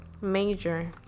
Major